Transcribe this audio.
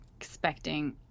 expecting